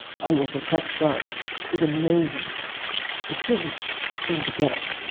i will protect sharks. it was amazing the kids seem to get it.